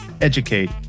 educate